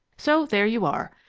so there you are.